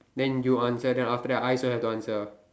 then you answer then after that I also have to answer